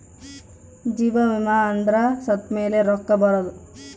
ಜೀವ ವಿಮೆ ಅಂದ್ರ ಸತ್ತ್ಮೆಲೆ ರೊಕ್ಕ ಬರೋದು